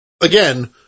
again